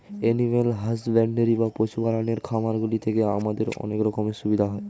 animal husbandry বা পশু পালনের খামারগুলি থেকে আমাদের অনেক রকমের সুবিধা হয়